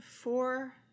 four